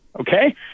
Okay